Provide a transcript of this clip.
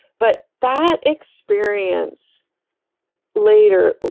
but that experience later,